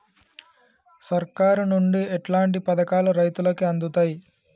సర్కారు నుండి ఎట్లాంటి పథకాలు రైతులకి అందుతయ్?